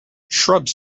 shrubs